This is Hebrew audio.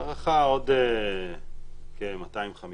הערכה, עוד כ-300-250.